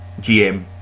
GM